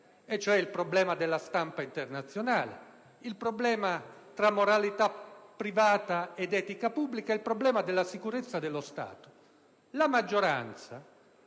e cioè il problema della stampa internazionale, il problema del rapporto tra moralità privata ed etica pubblica ed il problema della sicurezza dello Stato, la maggioranza,